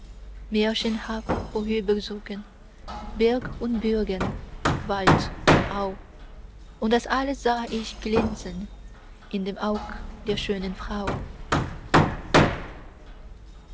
märchenhaft vorüberzogen berg und burgen wald und au und das alles sah ich glänzen in dem aug der schönen frau